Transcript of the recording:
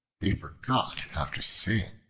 they forgot how to sing.